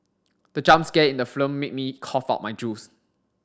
the jump scare in the film made me cough out my juice